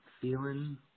Feeling